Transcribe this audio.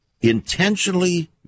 intentionally